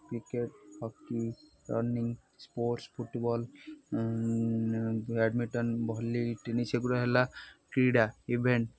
cricket hockey running sports football badminton volley tennis ଏଗୁଡ଼ା ହେଲା କ୍ରୀଡ଼ା ଇଭେଣ୍ଟ୍